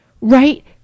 right